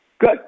Good